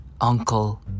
uncle